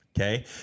Okay